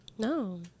No